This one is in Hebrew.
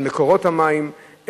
על מקורות המים,